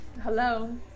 Hello